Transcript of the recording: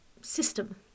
system